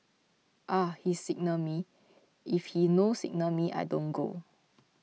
ah he signal me if he no signal me I don't go